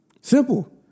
simple